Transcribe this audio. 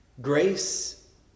Grace